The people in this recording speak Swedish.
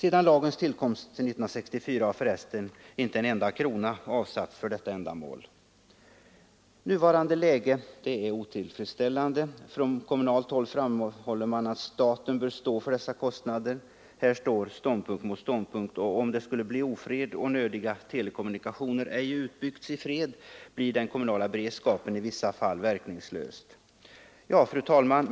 Efter lagens tillkomst 1964 har för övrigt inte en enda krona avsatts för detta ändamål. Nuläget är otillfredsställande. Från kommunalt håll framhåller man att staten bör stå för dessa kostnader. Här står ståndpunkt mot ståndpunkt, och om det skulle bli ofred och nödiga telekommunikationer ej utbyggts i fred, blir den kommunala beredskapen i vissa fall verkningslös. Fru talman!